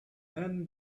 then